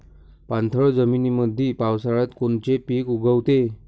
पाणथळ जमीनीमंदी पावसाळ्यात कोनचे पिक उगवते?